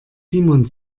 simon